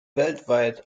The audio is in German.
weltweit